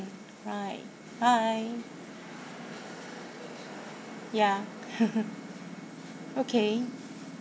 right bye ya okay